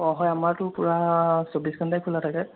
অঁ হয় আমাৰটো পুৰা ছৌবিছ ঘণ্টাই খোলা থাকে